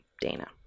Dana